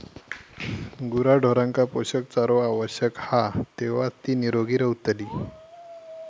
गुराढोरांका पोषक चारो आवश्यक हा तेव्हाच ती निरोगी रवतली